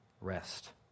rest